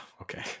okay